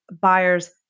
buyers